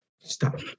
stop